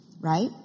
right